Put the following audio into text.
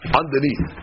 underneath